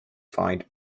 find